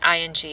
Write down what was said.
ING